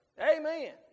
Amen